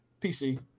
PC